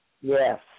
Yes